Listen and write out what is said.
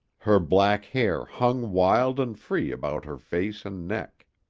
her black hair hung wild and free about her face and neck.